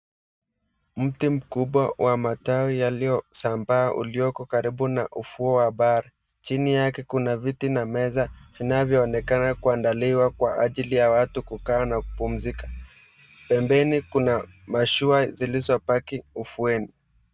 Mti mkubwa wa matawi yaliyosambaa uliyoko karibu na ufuo wa bahari. Chini yake kuna viti na meza vinavyoonekana kuandaliwa kwa ajili ya watu kukaa na kupumzika. Pembeni kuna mashua zilizopaki ufueni.